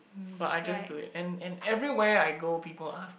but I just do it and and everywhere I go people ask